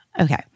okay